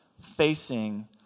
facing